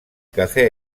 cafè